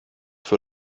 vor